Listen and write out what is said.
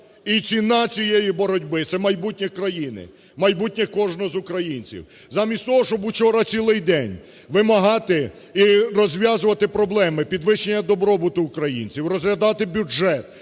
і ціна цієї боротьби – це майбутнє країни, майбутнє кожного з українців. Замість того, щоб учора цілий день вимагати і розв'язувати проблеми підвищення добробуту українців, розглядати бюджет,